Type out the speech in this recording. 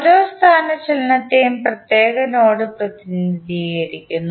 ഓരോ സ്ഥാനചലനത്തെയും പ്രത്യേക നോഡ് പ്രതിനിധീകരിക്കുന്നു